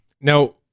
Now